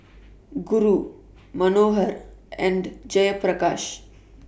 Guru Manohar and Jayaprakash